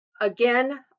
again